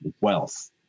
wealth